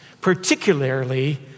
particularly